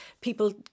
people